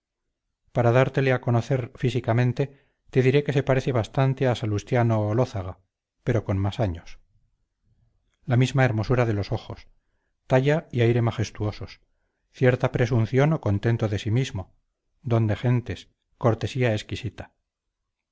para dártele a conocer físicamente te diré que se parece bastante a salustiano olózaga pero con más años la misma hermosura de ojos talla y aire majestuosos cierta presunción o contento de sí mismo don de gentes cortesía exquisita